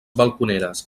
balconeres